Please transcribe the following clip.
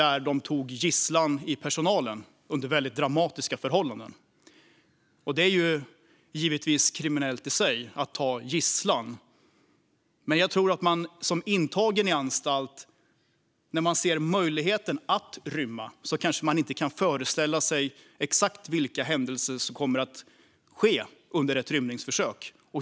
De tog personal som gisslan under väldigt dramatiska förhållanden. Det är givetvis kriminellt i sig att ta personal som gisslan. Men jag tror att man som intagen på anstalt, när man ser möjligheten att rymma, kanske inte kan föreställa sig exakt vilka händelser som kommer att ske under ett rymningsförsök.